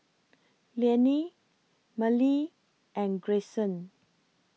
Liane Mellie and Grayson